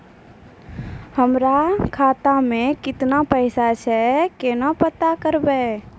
हमरा खाता मे केतना पैसा छै, केना पता करबै?